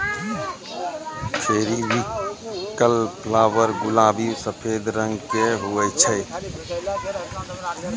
periwinkle flower गुलाबी सफेद रंग के हुवै छै